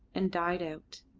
and died out.